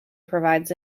provides